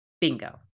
bingo